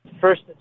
first